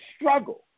struggle